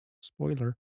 Spoiler